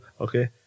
Okay